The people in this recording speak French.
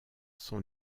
sont